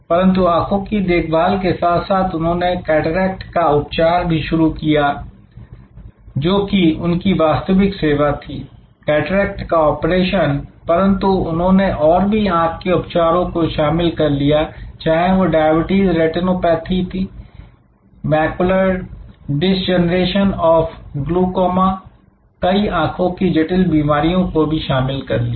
परंतु आंखों की देखभाल के साथ साथ उन्होंने कैटरेक्ट का उपचार भी शुरू किया जो कि उनकी वास्तविक सेवा थी कैटरेक्ट का ऑपरेशन परंतु उन्होंने और भी आंख के उपचारों को शामिल कर लिया चाहे वह diabetic retinopathy macular degeneration of glaucoma कई आंखों की जटिल बीमारियों को भी शामिल कर लिया